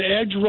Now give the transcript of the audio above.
edge